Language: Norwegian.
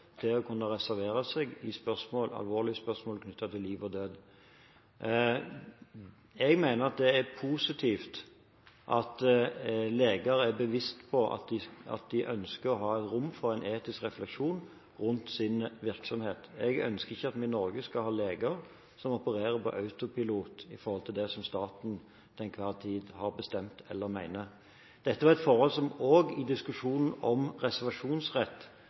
til å kunne reservere seg i alvorlige spørsmål knyttet til liv og død. Jeg mener det er positivt at leger er bevisst på at de ønsker og har rom for en etisk refleksjon rundt sin virksomhet. Jeg ønsker ikke at vi i Norge skal ha leger som opererer på autopilot med hensyn til det som staten til en hver tid har bestemt eller mener. Dette var et forhold som undertegnede var opptatt av også i diskusjonen om reservasjonsrett,